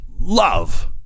love